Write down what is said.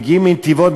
מגיעים מנתיבות,